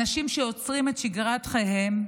אנשים שעוצרים את שגרת חייהם,